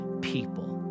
people